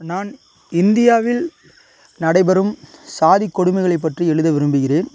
நான் இந்தியாவில் நடைபெறும் சாதிக் கொடுமைகளை பற்றி எழுத விரும்புகிறேன்